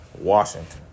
Washington